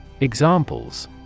Examples